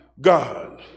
God